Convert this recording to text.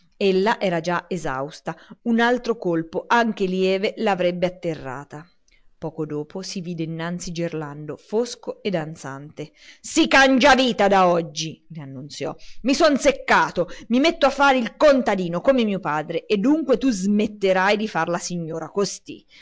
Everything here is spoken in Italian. bruto ella era già esausta un altro colpo anche lieve l'avrebbe atterrata poco dopo si vide innanzi gerlando fosco e ansante si cangia vita da oggi le annunziò i son seccato i metto a fare il contadino come mio padre e dunque tu smetterai di far la signora costà